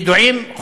ידועים,